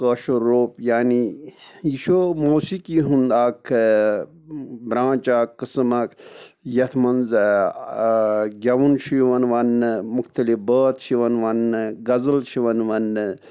کٲشُر روٚپ یعنی یہِ چھوٗ موسیٖقی ہُنٛد اَکھ برٛانٛچ اَکھ قٕسٕم اَکھ یَتھ منٛز گٮ۪وُن چھُ یِوان ونٛنہٕ مختلِف بٲتھ چھِ یِوان ونٛنہٕ غزل چھِ یِوان ونٛنہٕ